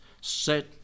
set